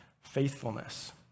faithfulness